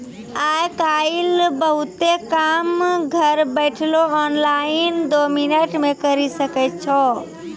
आय काइल बहुते काम घर बैठलो ऑनलाइन दो मिनट मे करी सकै छो